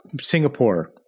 Singapore